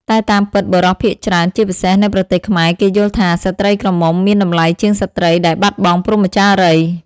តែតាមពិត បុរសភាគច្រើន ជាពិសេស នៅប្រទេសខ្មែរ គេយល់ថា ស្ត្រីក្រមុំមានតម្លៃជាងស្ត្រីដែលបាត់បង់ព្រហ្មចារីយ៍។